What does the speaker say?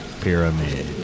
pyramid